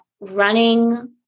running